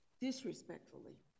disrespectfully